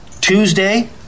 Tuesday